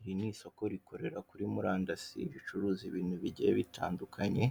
Iri ni isoko rikorera kuri murandasi ricuruza ibintu bigiye bitandukanye,